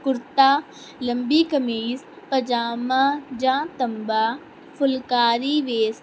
ਕੁੜਤਾ ਲੰਬੀ ਕਮੀਜ਼ ਪਜਾਮਾ ਜਾਂ ਤੰਬਾ ਫੁਲਕਾਰੀ ਵੇਸ